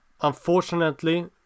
unfortunately